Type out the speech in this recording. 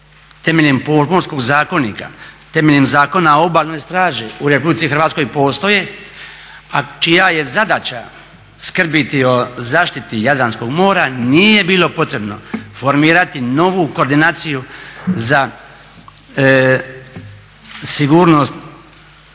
temeljem Pomorskog zakonika, temeljem Zakona o obalnoj straži u RH postoje a čija je zadaća skrbiti o zaštiti Jadranskog mora nije bilo potrebno formirati novu koordinaciju za sigurnost